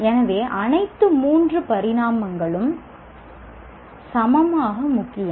எனவே அனைத்து 3 பரிமாணங்களும் சமமாக முக்கியம்